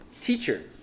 Teacher